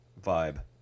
vibe